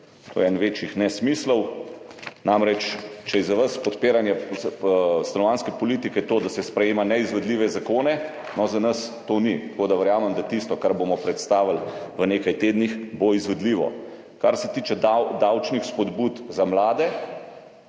To je en večjih nesmislov. Namreč, če je za vas podpiranje stanovanjske politike to, da se sprejema neizvedljive zakone, za nas to ni. Tako da verjamem, da bo tisto, kar bomo predstavili v nekaj tednih, izvedljivo. Kar se tiče davčnih spodbud za mlade.